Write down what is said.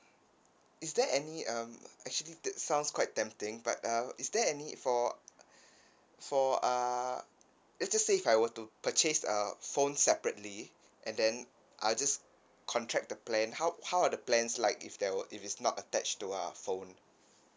is there any um actually this sounds quite tempting but uh is there any for for err let's just say if I were to purchase a phone separately and then I'll just contract the plan how how are the plans like if there were if it's not attached to a phone